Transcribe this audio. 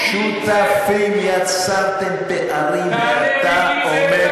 שותפים, יצרתם פערים, ואתה אומר,